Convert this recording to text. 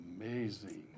Amazing